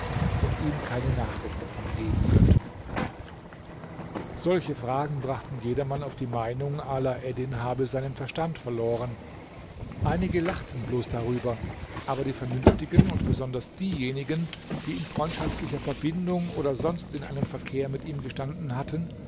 und ihm keine nachricht davon geben könnten solche fragen brachten jedermann auf die meinung alaeddin habe seinen verstand verloren einige lachten bloß darüber aber die vernünftigen und besonders diejenigen die in freundschaftlicher verbindung oder sonst in einem verkehr mit ihm gestanden hatten